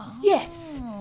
Yes